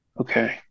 Okay